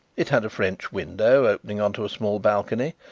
it had a french window opening on to a small balcony,